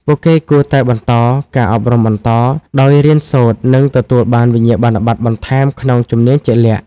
ពួកគេគួរតែបន្ត ការអប់រំបន្ត ដោយរៀនសូត្រ និងទទួលបានវិញ្ញាបនបត្របន្ថែមក្នុងជំនាញជាក់លាក់។